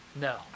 No